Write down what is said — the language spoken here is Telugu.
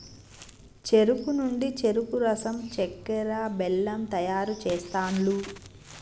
చెరుకు నుండి చెరుకు రసం చెక్కర, బెల్లం తయారు చేస్తాండ్లు